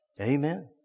Amen